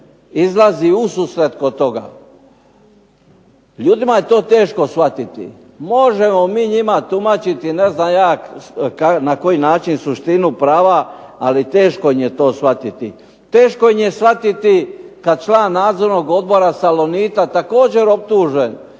izlazi ususret kod toga. Ljudima je to teško shvatiti, možemo mi njima tumačiti na ne znam koji način suštinu prava ali teško im je to shvatiti. Teško im je shvatiti kada je član nadzornog odbora Salonita također optužen da